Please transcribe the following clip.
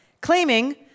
claiming